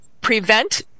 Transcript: prevent